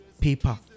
paper